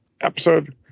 episode